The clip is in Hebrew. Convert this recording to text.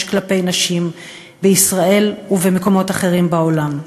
כלפי נשים בישראל ובמקומות אחרים בעולם.